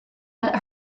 that